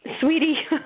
sweetie